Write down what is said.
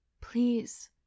Please